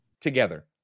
together